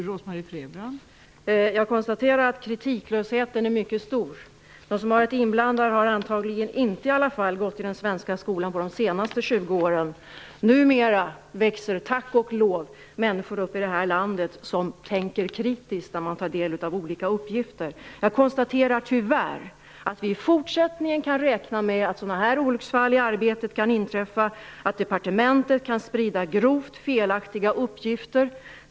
Fru talman! Jag konstaterar att kritiklösheten är mycket stor. De som har varit inblandade har antagligen inte gått i den svenska skolan på de senaste 20 åren i alla fall. Numera växer, tack och lov, människor upp i det här landet som tänker kritiskt när de tar del av olika uppgifter. Jag konstaterar tyvärr att vi i fortsättningen kan räkna med att sådana här olycksfall i arbetet kan inträffa, och att departement kan sprida grovt felaktiga uppgifter.